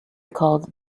called